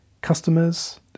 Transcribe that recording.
customers